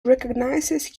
recognises